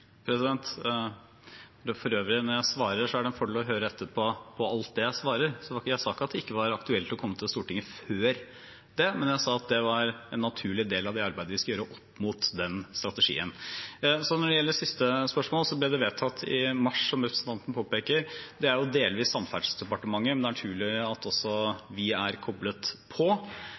Når jeg svarer, er det en fordel å høre etter på alt det jeg svarer. Jeg sa ikke at det ikke var aktuelt å komme til Stortinget før det, men jeg sa at det var en naturlig del av det arbeidet vi skal gjøre opp mot den strategien. Når det gjelder det siste spørsmålet, ble det vedtatt i mars, som representanten Grande påpeker. Det gjelder delvis Samferdselsdepartementet, men det er naturlig at også vi er koblet på.